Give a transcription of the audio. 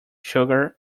sugar